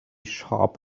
sharp